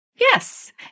Yes